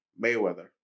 Mayweather